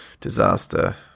Disaster